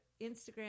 Instagram